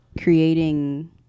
creating